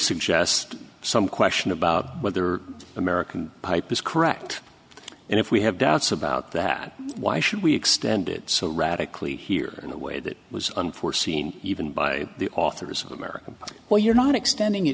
suggest some question about whether american hype is correct and if we have doubts about that why should we extend it so radically here in a way that was unforeseen even by the authors of america or you're not extending